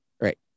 Right